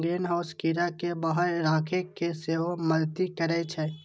greenhouse कीड़ा कें बाहर राखै मे सेहो मदति करै छै